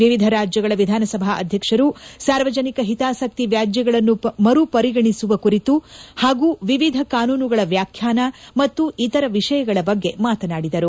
ವಿವಿಧ ರಾಜ್ಯಗಳ ವಿಧಾನಸಭಾ ಅಧ್ಯಕ್ಷರು ಸಾರ್ವಜನಿಕ ಹಿತಾಸಕ್ತಿ ವ್ಯಾಜ್ಯೆಗಳನ್ನು ಮರುಪರಿಗಣಿಸುವ ಕುರಿತು ಮತ್ತು ವಿವಿಧ ಕಾನೂನುಗಳ ವ್ಯಾಖ್ಯಾನ ಮತ್ತು ಇತರ ವಿಷಯಗಳ ಬಗ್ಗೆ ಮಾತನಾಡಿದರು